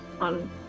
on